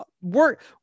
work